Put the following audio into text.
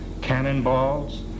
cannonballs